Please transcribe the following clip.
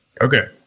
Okay